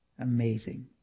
amazing